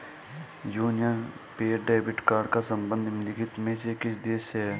Union Pay debit card का संबंध निम्नलिखित में से किस देश से है?